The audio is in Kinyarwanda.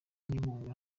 n’inkunga